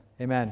Amen